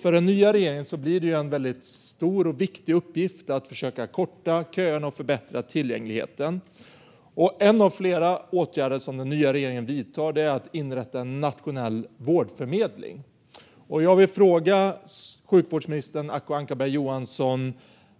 För den nya regeringen blir det en väldigt stor och viktig uppgift att försöka korta köerna och förbättra tillgängligheten. En av flera åtgärder som den nya regeringen vidtar är att inrätta en nationell vårdförmedling. Jag vill fråga sjukvårdsminister Acko Ankarberg Johansson